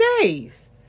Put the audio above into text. days